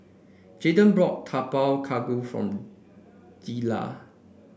Jayden bought Tapak Kuda for Deliah